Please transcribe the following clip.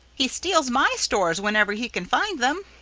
he steals my stores whenever he can find them.